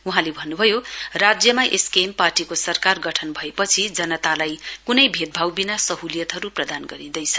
वहाँले भन्न्भयो राज्यमा एसकेएम पार्टीको सरकार गठन भएपछि जनतालाई कनै भेदभावबिना सह्लियतहरू प्रदान गरिँदैछ